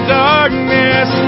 darkness